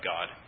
God